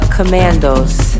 Commandos